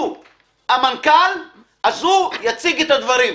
הוא המנכ"ל, אז הוא יציג את הדברים.